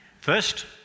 First